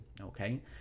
okay